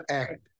act